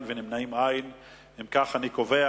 ההצעה להעביר